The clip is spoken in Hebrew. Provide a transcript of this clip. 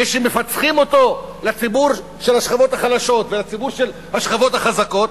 כשמפצחים אותו לציבור השכבות החלשות ולציבור השכבות החזקות,